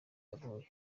yavuye